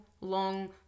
long